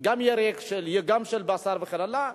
גם של ירק, גם של בשר וכן הלאה.